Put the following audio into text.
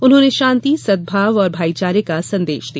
उन्होंने शांति सद्भाव और भाईचारे का संदेश दिया